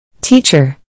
Teacher